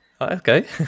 Okay